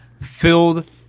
filled